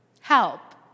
help